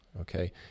okay